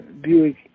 Buick